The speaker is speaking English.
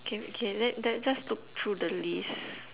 K wait K let that just look through the list